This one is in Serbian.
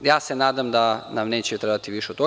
Ja se nadam da nam neće trebati više od toga.